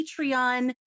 patreon